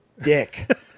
dick